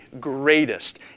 greatest